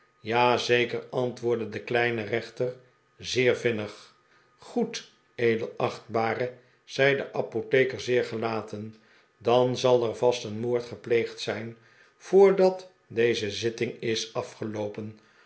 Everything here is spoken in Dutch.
zeker antwoordde de kleine rechter zeer vinnig goed edelachtbare zei de apotheker zeer gelaten dan zal er vast een moord gepleegd zijn voordat deze zitting is afgeloopen